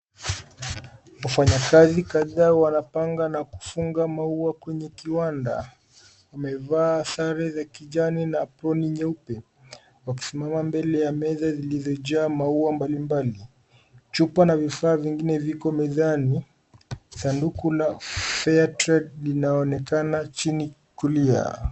Wafanyi kazi kataa wanapanga na kufunga mau kwenye kiwanda, wamevaa sare ya kijani na koti nyeupe, wakisimama mbele ya meza zilizojaa mau mbali mbali. Chupa na vifaa vingine viko mezani, sanduku la fair trade linaonekana jini kulia.